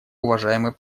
уважаемый